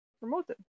promoted